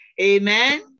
amen